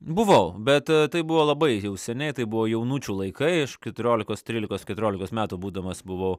buvau bet tai buvo labai jau seniai tai buvo jaunučių laikai aš keturiolikos trylikos keturiolikos metų būdamas buvau